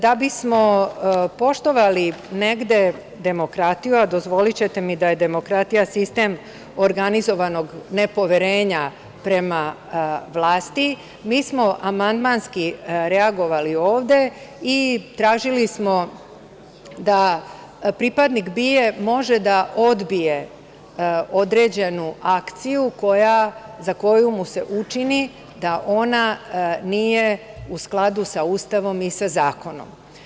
Da bismo poštovali negde demokratiju, a dozvolićete mi da je demokratija sistem organizovanog ne poverenja prema vlasti, mi smo amandmanski reagovali ovde i tražili smo da pripadnik BIA može da odbije određenu akciju za koju mu se učini da ona nije u skladu sa Ustavom i sa zakonom.